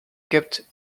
gibt